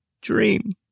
dream